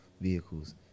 vehicles